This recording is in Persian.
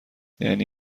یعنی